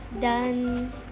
done